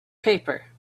paper